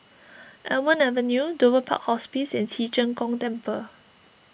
Almond Avenue Dover Park Hospice and Ci Zheng Gong Temple